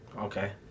Okay